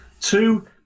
Two